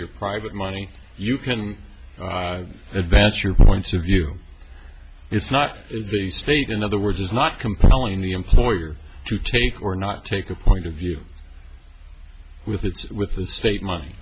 your private money you can advance your points of view it's not the state in other words is not compelling the employer to take or not take a point of view with its with the state money